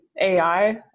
ai